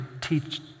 teach